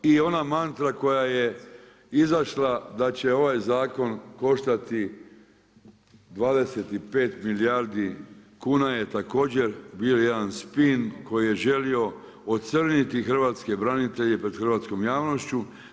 I ona mantra koja je izašla da će ovaj zakon koštati 25 milijardi kuna je također bio jedan spin koji je želio ocrniti hrvatske branitelje pred hrvatskom javnošću.